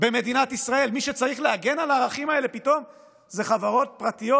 במדינת ישראל מי שצריך להגן על הערכים האלה פתאום אלה חברות פרטיות